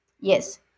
Yes